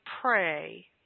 pray